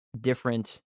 different